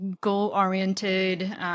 goal-oriented